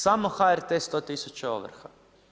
Samo HRT 100 000 ovrha.